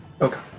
Okay